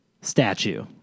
statue